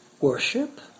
worship